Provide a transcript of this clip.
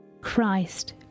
Christ